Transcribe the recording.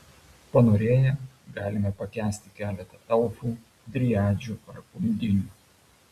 panorėję galime pakęsti keletą elfų driadžių ar undinių